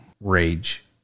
rage